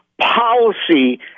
policy